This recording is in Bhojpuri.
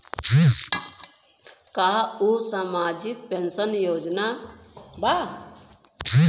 का उ सामाजिक पेंशन योजना बा?